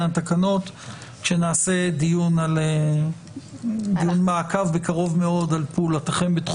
אנחנו נבצע דיון מעקב על פעולותיכם בתחום